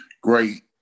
great